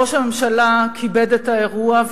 ראש הממשלה כיבד את האירוע,